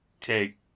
take